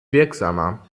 wirksamer